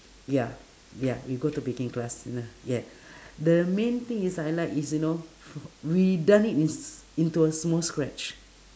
ya ya we go to baking class n~ yup the main thing is I like is you know we done it ins~ into a small scratch